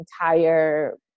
entire